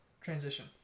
transition